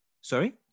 Sorry